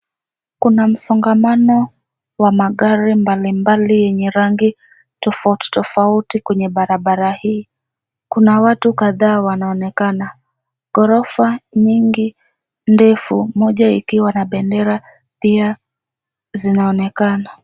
Kuna msongamano wa magari mbalimbali yenye rangi tofauti tofauti kwenye barabara hii. Kuna watu kadhaa wanaonekana. Gorofa nyingi ndefu moja ikiwa na bendera pia zinaonekana.